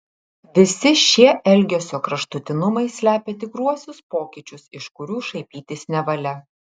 visi šie elgesio kraštutinumai slepia tikruosius pokyčius iš kurių šaipytis nevalia